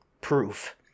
proof